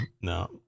no